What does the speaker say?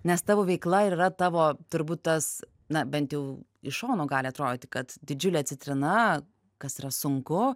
nes tavo veikla yra tavo turbūt tas na bent jau iš šono gali atrodyti kad didžiulė citrina kas yra sunku